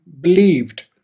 believed